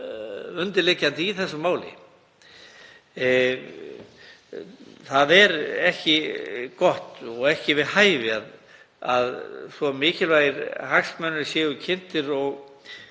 undirliggjandi í þessu máli. Það er ekki gott og ekki við hæfi að svo mikilvægir hagsmunir séu kynntir og